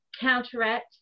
counteract